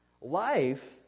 Life